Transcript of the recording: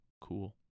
cool